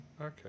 Okay